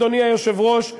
אדוני היושב-ראש,